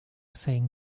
saying